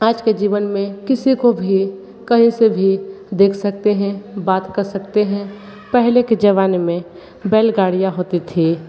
आज के जीवन में किसी को भी कहीं से भी देख सकते हैं बात कर सकते हैं पहले के ज़माने में बैलगाड़ियाँ होती थी